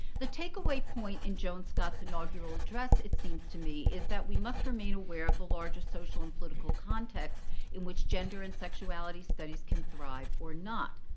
the takeaway point in joan scott's inaugural address, it seems to me, is that we must remain aware of the largest social and political context in which gender and sexuality studies can thrive or not.